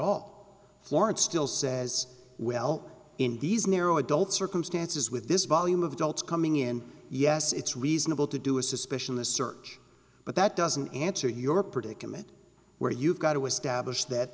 all florence still says well in these narrow adult circumstances with this volume of adults coming in yes it's reasonable to do a suspicion a search but that doesn't answer your predicament where you've got to